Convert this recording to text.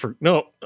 no